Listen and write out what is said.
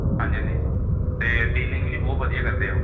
ਹਾਂਜੀ ਹਾਂਜੀ ਅਤੇ ਡੀਲਿੰਗ ਵੀ ਬਹੁਤ ਵਧੀਆ ਕਰਦੇ ਉਹ